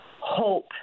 hope